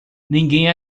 ninguém